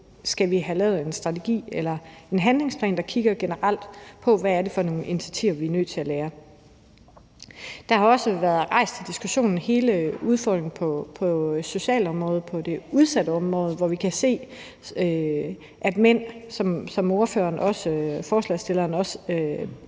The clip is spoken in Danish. om vi skal lave en strategi eller en handlingsplan, hvor man kigger generelt på, hvad det er for nogle initiativer, vi er nødt til at lave. Der har også været rejst en diskussion om hele udfordringen på socialområdet, altså på området for de udsatte, hvor vi kan se, at der er en udsathed, hvilket ordføreren for forslagsstillerne også